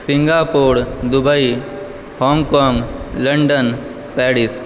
Singapore Dubai Hong Kong London Paris